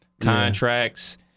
contracts